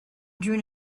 drew